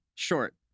Short